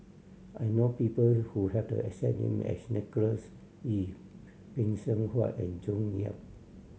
I know people who have the exact name as Nicholas Ee Phay Seng Whatt and June Yap